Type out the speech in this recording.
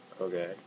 Okay